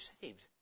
saved